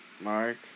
Mark